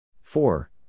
Four